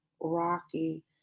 rocky